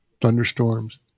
thunderstorms